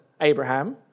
Abraham